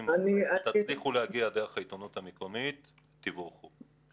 אם תצליחו להגיע דרך העיתונות המקומית, תבורכו.